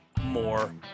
more